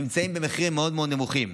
נמצאים במחירים מאוד מאוד נמוכים.